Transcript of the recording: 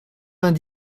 vingt